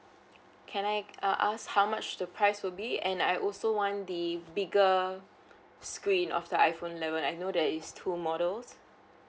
can I uh ask how much the price will be and I also want the bigger screen of the iPhone eleven I know that is two models